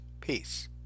Peace